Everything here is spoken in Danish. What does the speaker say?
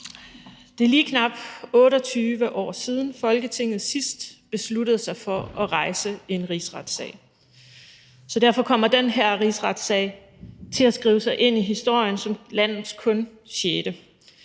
Det er lige knap 28 år siden, at Folketinget sidst besluttede sig for at rejse en rigsretssag. Derfor kommer den her rigsretssag til at skrive sig ind i historien som landets kun